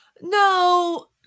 No